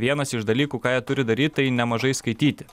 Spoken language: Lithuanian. vienas iš dalykų ką jie turi daryt tai nemažai skaityti